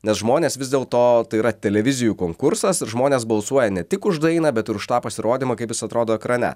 nes žmonės vis dėlto tai yra televizijų konkursas žmonės balsuoja ne tik už dainą bet ir už tą pasirodymą kaip jis atrodo ekrane